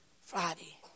Friday